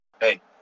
Hey